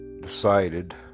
Decided